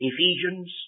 Ephesians